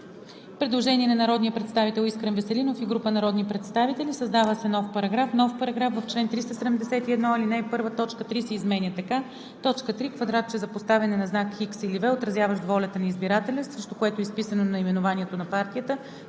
Предложение на народния представител Искрен Веселинов и група народни представители: „Създава се нов §...:„§... В чл. 371, ал. 1, т. 3 се изменя така: „3. квадратче за поставяне на знак „X“ или „V“, отразяващ волята на избирателя, срещу което е изписано наименованието на партията,